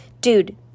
Dude